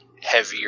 heavier